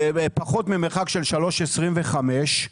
פחות ממרחק של 3.25,